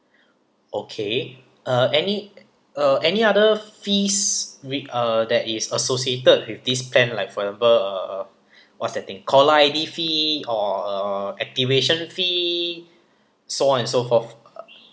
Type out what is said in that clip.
okay uh any uh any other fees with uh that is associated with this plan like for example uh what's the thing caller I_D fee or uh activation fee so on and so forth uh